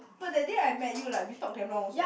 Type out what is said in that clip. but that day I met you like we talk damn long also what